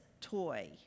toy